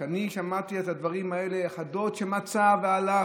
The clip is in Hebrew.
אני שמעתי את הדברים האלה על הדוד שמצא והלך,